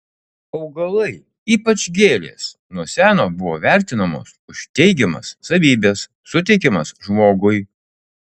augalai ypač gėlės nuo seno buvo vertinamos už teigiamas savybes suteikiamas žmogui